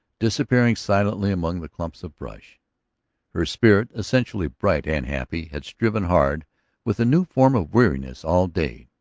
disappearing silently among the clumps of brush her spirit, essentially bright and happy, had striven hard with a new form of weariness all day.